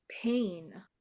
pain